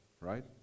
right